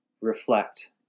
reflect